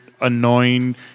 annoying